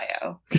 bio